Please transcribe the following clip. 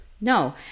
No